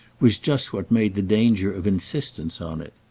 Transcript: was just what made the danger of insistence on it.